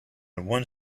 one